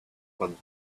what